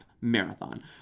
marathon